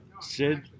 Sid